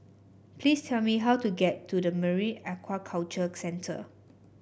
please tell me how to get to Marine Aquaculture Centre